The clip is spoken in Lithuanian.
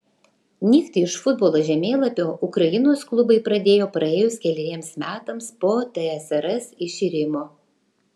nykti iš futbolo žemėlapio ukrainos klubai pradėjo praėjus keleriems metams po tsrs iširimo